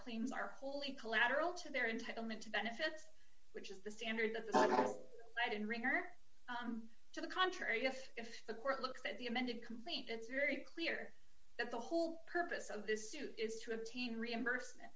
claims are wholly collateral to their entitlement to benefits which is the standard the final i didn't ring or to the contrary if the court looks at the amended complaint it's very clear that the whole purpose of this suit is to obtain reimbursement